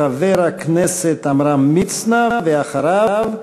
חבר הכנסת עמרם מצנע, ואחריו,